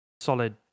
Solid